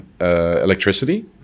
electricity